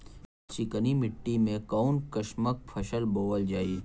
चिकनी मिट्टी में कऊन कसमक फसल बोवल जाई?